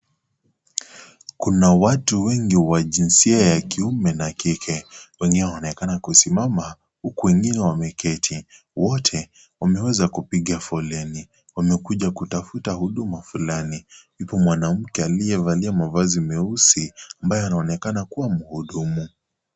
Kuna watu wengi wa jinsia ya kiume na kike. Wengine wanaonekana kusimama huku wengi wameketi. Wote wameweza kupiga foleni. Wamekuja kutafuta huduma fulani. Yupo mwanamke aliyevalia mavazi meusi, ambaye anaoneka kuwa mhudumu.